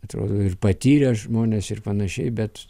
atrodo ir patyrę žmonės ir panašiai bet